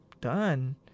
done